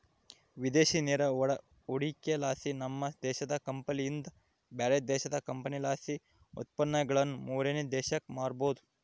ವಿದೇಶಿ ನೇರ ಹೂಡಿಕೆಲಾಸಿ, ನಮ್ಮ ದೇಶದ ಕಂಪನಿಲಿಂದ ಬ್ಯಾರೆ ದೇಶದ ಕಂಪನಿಲಾಸಿ ಉತ್ಪನ್ನಗುಳನ್ನ ಮೂರನೇ ದೇಶಕ್ಕ ಮಾರಬೊದು